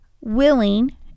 willing